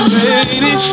baby